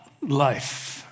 life